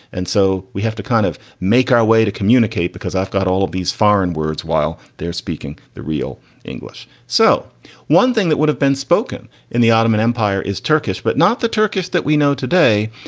and so we have to kind of make our way to communicate because i've got all of these foreign words while they're speaking the real english. so one thing that would have been spoken in the ottoman empire is turkish, but not the turkish that we know today.